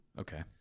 Okay